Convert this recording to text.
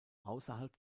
außerhalb